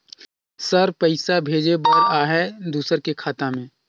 Sir पइसा भेजे बर आहाय दुसर के खाता मे?